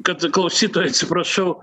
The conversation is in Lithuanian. kad klausytojai atsiprašau